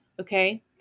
Okay